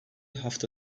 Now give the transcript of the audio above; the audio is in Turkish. hafta